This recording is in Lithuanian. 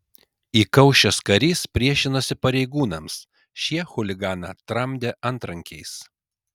įkaušęs karys priešinosi pareigūnams šie chuliganą tramdė antrankiais